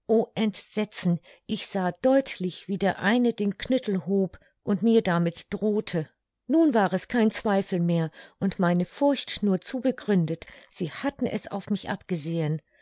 entsetzen ich sah deutlich wie der eine den knüttel hob und mir damit drohte nun wer es kein zweifel mehr und meine furcht nur zu begründet sie hatten es auf mich abgesehen